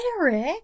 Eric